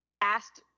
asked